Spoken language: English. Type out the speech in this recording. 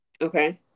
Okay